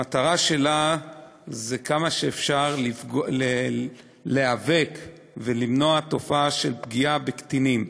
כי המטרה שלה היא להיאבק כמה שאפשר ולמנוע תופעה של פגיעה בקטינים.